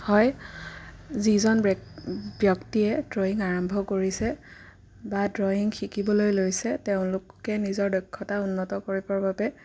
হয় যিজন ব্য ব্যক্তিয়ে ড্ৰয়িং আৰম্ভ কৰিছে বা ড্ৰয়িং শিকিবলৈ লৈছে তেওঁলোকে নিজৰ দক্ষতা উন্নত কৰিবৰ বাবে